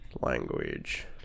language